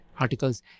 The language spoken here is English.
articles